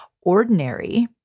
ordinary